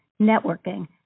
networking